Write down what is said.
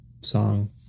Song